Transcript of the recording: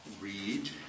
read